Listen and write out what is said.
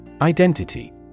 Identity